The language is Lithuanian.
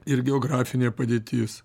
ir geografinė padėtis